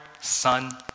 Son